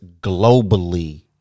globally